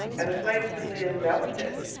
and the flames simply enveloped it.